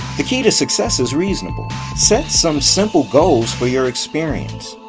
the key to success is reasonable set some simple goals for your experience.